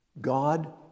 God